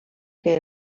que